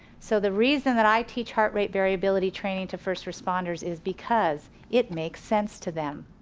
so the reason that i teach heart rate variability training to first responders is because it makes sense to them.